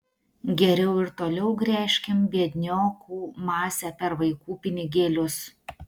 geriau ir toliau gręžkim biedniokų masę per vaikų pinigėlius